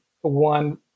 one